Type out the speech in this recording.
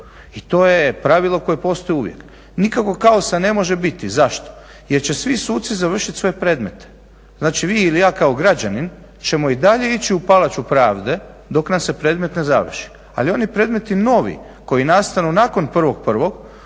i to je pravilo koje postoji uvijek. Nikakvog kaosa ne može biti. Zašto? Jer će svi suci završiti svoje predmete. Znači, vi ili ja kao građanin ćemo i dalje ići u Palaču pravde dok nam se predmet ne završi, ali oni predmeti novi koji nastanu nakon 01.01.,